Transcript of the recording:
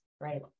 right